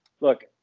look